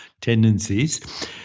tendencies